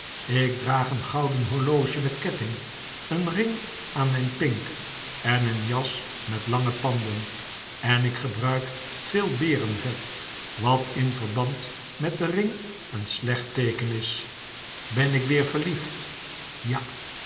ik draag een gouden horloge met ketting een ring aan mijn pink en een jas met lange panden en ik gebruik veel berenvet wat in verband met den ring een slecht teeken is ben ik weer verliefd ja